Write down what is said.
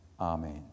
Amen